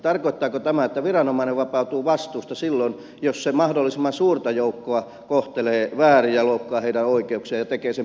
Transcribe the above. tarkoittaako tämä että viranomainen vapautuu vastuusta silloin jos se mahdollisimman suurta joukkoa kohtelee väärin ja loukkaa heidän oikeuksiaan ja tekee sen pitkäkestoisesti